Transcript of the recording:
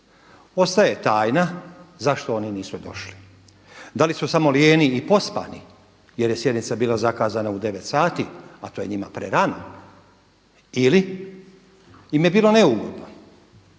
Ostaje tajna zašto oni nisu došli. Da li su samo lijeni i pospani jer je sjednica bila zakazana u 9 sati a to je njima prerano ili im je bilo neugodno,